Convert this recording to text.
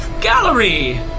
gallery